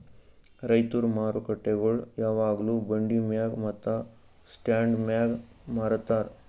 ರೈತುರ್ ಮಾರುಕಟ್ಟೆಗೊಳ್ ಯಾವಾಗ್ಲೂ ಬಂಡಿ ಮ್ಯಾಗ್ ಮತ್ತ ಸ್ಟಾಂಡ್ ಮ್ಯಾಗ್ ಮಾರತಾರ್